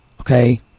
okay